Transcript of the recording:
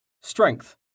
Strength